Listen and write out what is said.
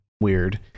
weird